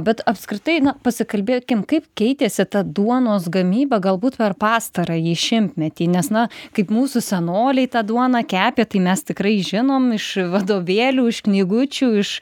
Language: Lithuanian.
bet apskritai na pasikalbėkim kaip keitėsi ta duonos gamyba galbūt per pastarąjį šimtmetį nes na kaip mūsų senoliai tą duoną kepė tai mes tikrai žinom iš vadovėlių iš knygučių iš